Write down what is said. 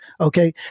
okay